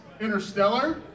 Interstellar